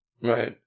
Right